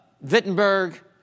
Wittenberg